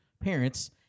parents